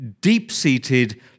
deep-seated